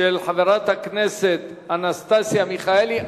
של חברת הכנסת אנסטסיה מיכאלי.